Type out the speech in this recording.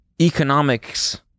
economics